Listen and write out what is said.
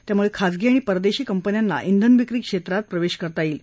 त्यामुळे खाजगी आणि परदेशी कंपन्यांना श्विनविक्री क्षेत्रात प्रवेश करता येईल